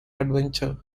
adventure